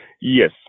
Yes